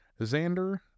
xander